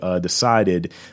decided